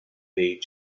mais